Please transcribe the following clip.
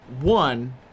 one